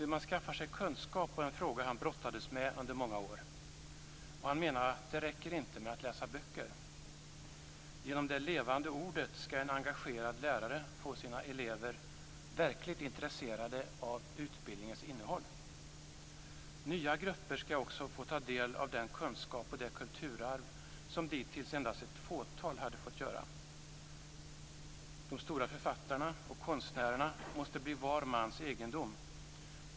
Hur man skaffar sig kunskap var en fråga han brottades med under många år, och han menade att det inte räcker med att läsa böcker. Genom det levande ordet skall en engagerad lärare få sina elever verkligt intresserade av utbildningens innehåll. Nya grupper skall också få ta del av den kunskap och det kulturarv som dittills gällt endast ett fåtal. De stora författarna och konstnärerna måste bli var mans egendom.